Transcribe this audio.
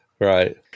Right